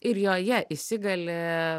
ir joje įsigali